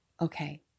Okay